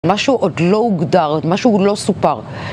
משהו עוד לא הוגדר, משהו לא סופר